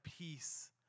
peace